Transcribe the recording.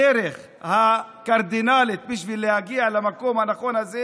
הדרך הקרדינלית בשביל להגיע למקום הנכון הזה